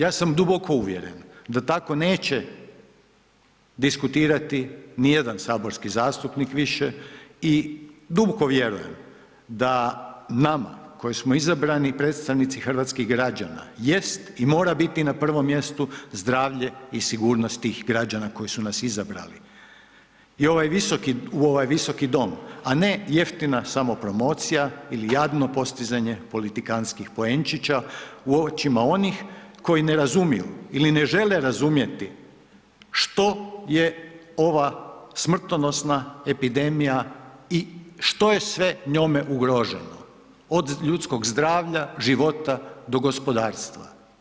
Ja sam duboko uvjeren da tako neće diskutirati nijedan saborski zastupnik više i dupko vjerujem da nama koji smo izabrani predstavnici hrvatskih građana jest i mora biti na prvom mjestu zdravlje i sigurnost tih građana koji su nas izabrali u ovaj visoki dom, a ne jeftina samopromocija ili jadno postizanje politikanskih poenčića u očima onih koji ne razumiju ili ne žele razumjeti što je ova smrtonosna epidemija i što je sve njome ugroženo, od ljudskog zdravlja, života do gospodarstva.